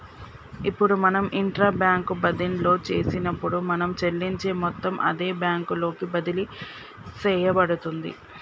ఇప్పుడు మనం intra bank బదిన్లో చేసినప్పుడు మనం చెల్లించే మొత్తం అదే బ్యాంకు లోకి బదిలి సేయబడుతుంది